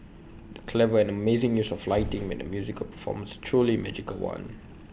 the clever and amazing use of lighting made the musical performance truly magical one